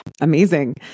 Amazing